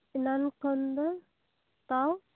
ᱮᱱᱟᱱ ᱠᱷᱚᱱ ᱫᱚ ᱛᱟᱣ